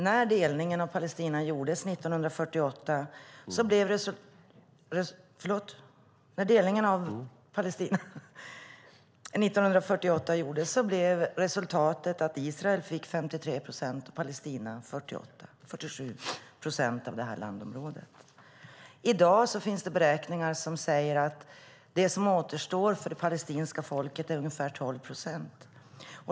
När delningen av Palestina gjordes 1948 blev resultatet att Israel fick 53 procent och Palestina 47 procent av landområdet. I dag finns det beräkningar som säger att det som återstår för det palestinska folket är ungefär 12 procent.